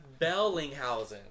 Bellinghausen